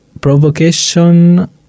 provocation